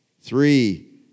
Three